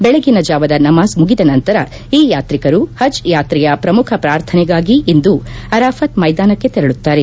ಬೆಳಗಿನ ಜಾವದ ನಮಾಜ್ ಮುಗಿದ ನಂತರ ಈ ಯಾತ್ರಿಕರು ಪಜ್ ಯಾತ್ರೆಯ ಪ್ರಮುಖ ಪ್ರಾರ್ಥನೆಗಾಗಿ ಇಂದು ಅರಾಫತ್ ಮೈದಾನಕ್ಷೆ ತೆರಳುತ್ತಾರೆ